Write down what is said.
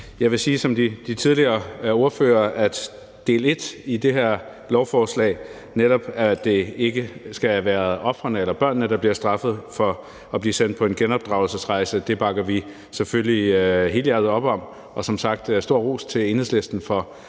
Jeg vil sige som de tidligere ordførere, at del et i det her lovforslag – netop at det ikke skal være børnene, der bliver straffet for at blive sendt på en genopdragelsesrejse – bakker vi selvfølgelig helhjertet op om. Som sagt stor ros til Enhedslisten for